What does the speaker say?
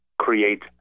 create